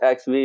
xv